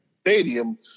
stadium